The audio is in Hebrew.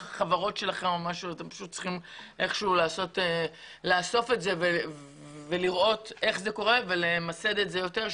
אתם צריכים איכשהו לאסוף את זה ולראות איך זה קורה ולמסד את זה יותר,